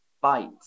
bite